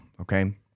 okay